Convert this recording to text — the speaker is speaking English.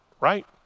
right